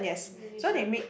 musician